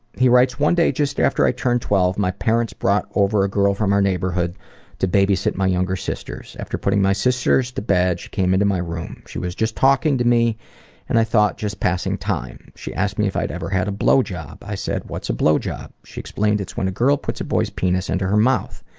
he writes one day just after i turned twelve my parents brought over a girl from our neighborhood to babysit my younger sisters. after she put my sisters to bed she came into my room. she was just talking to me and i thought just passing time. she asked me if i'd ever had a blowjob, i said what's a blowjob? she explained it's when a girl puts a boy's penis into her mouth.